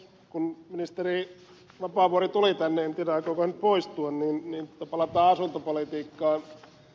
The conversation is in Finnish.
kun ministeri vapaavuori tuli tänne en tiedä aikooko hän poistua niin palataan asuntopolitiikkaan